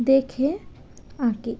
দেখে আঁকি